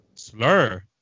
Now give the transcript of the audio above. Slur